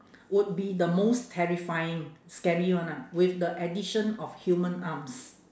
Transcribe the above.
would be the most terrifying scary one ah with the addition of human arms